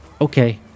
Okay